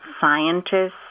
scientists